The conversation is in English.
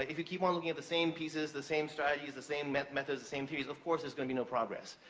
ah if you keep on looking at the same pieces, the same strategies, the same methods, the same theories, of course there's gonna be no progress.